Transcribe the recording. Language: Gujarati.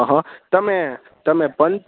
હં તમે તમે પન